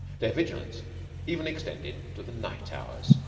their vigilance even extended to the night hours,